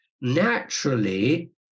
naturally